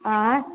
आएँ